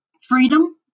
freedom